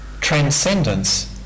transcendence